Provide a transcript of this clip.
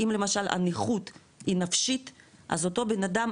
אם למשל הנכות היא נפשית אז אותו בנאדם,